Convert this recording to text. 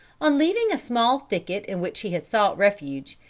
on leaving a small thicket in which he had sought refuge,